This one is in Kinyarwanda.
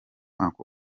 uncle